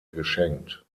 geschenkt